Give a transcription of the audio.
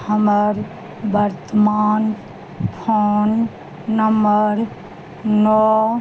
हमर वर्तमान phone number नओ